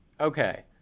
Okay